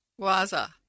Waza